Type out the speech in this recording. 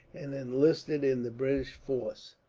and enlisted in the british force.